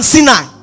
Sinai